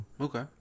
Okay